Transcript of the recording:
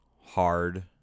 hard